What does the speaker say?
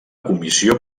comissió